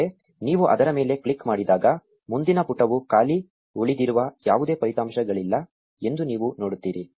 ಆದರೆ ನೀವು ಅದರ ಮೇಲೆ ಕ್ಲಿಕ್ ಮಾಡಿದಾಗ ಮುಂದಿನ ಪುಟವು ಖಾಲಿ ಉಳಿದಿರುವ ಯಾವುದೇ ಫಲಿತಾಂಶಗಳಿಲ್ಲ ಎಂದು ನೀವು ನೋಡುತ್ತೀರಿ